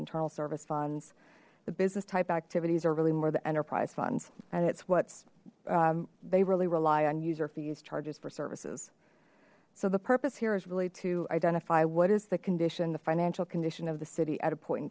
internal service funds the business type activities are really more than enterprise funds and it's what they really rely on user fees charges for services so the purpose here is really to identify what is the condition the financial condition of the city at a point in